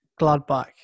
Gladbach